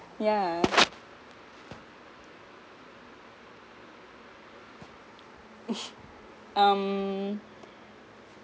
yeah um